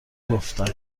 گفتن